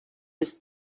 his